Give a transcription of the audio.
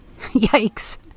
yikes